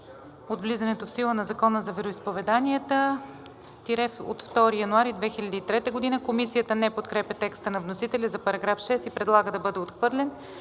от влизането в сила на Закона за вероизповеданията – 2 януари 2003 г.“ Комисията не подкрепя текста на вносителя за § 6 и предлага да бъде отхвърлен.